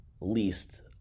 least